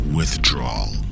withdrawal